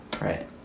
right